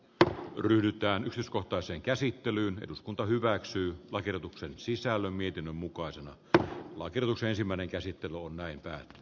tähän ryhdytään kohtaiseen käsittelyyn eduskunta hyväksyi lakiehdotuksen sisällön mietinnön mukaisena ja vaikerrus ensimmäinen käsittely on mäenpää e